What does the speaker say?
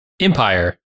empire